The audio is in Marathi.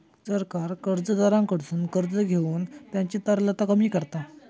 सरकार कर्जदाराकडसून कर्ज घेऊन त्यांची तरलता कमी करता